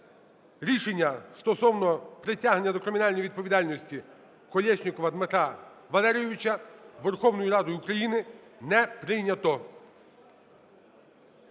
рішення стосовно притягнення до кримінальної відповідальності Колєснікова Дмитра Валерійовича Верховною Радою України не прийнято.